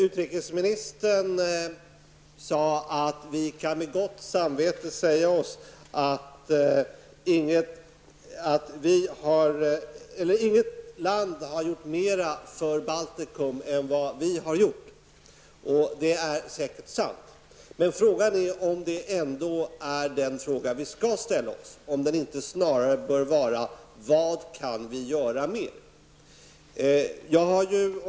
Utrikesministern sade att vi med gott samvete kan säga oss att inget land har gjort mera för Baltikum än vad vi har gjort. Det är säkert sant. Men frågan är om vi inte snarare bör säga: Vad kan vi göra mer?